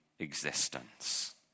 existence